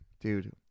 dude